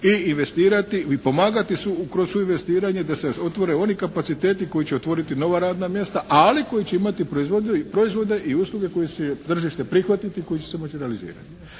i pomagati kroz suinvestiranje da se otvore oni kapaciteti koji će otvoriti nova radna mjesta, ali koji će imati proizvode i usluge koji će tržište prihvatiti koji će se moći realizirati.